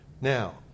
Now